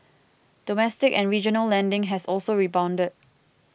domestic and regional lending has also rebounded